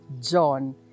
John